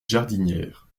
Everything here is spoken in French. jardinières